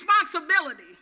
responsibility